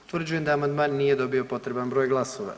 Utvrđujem da amandman nije dobio potreban broj glasova.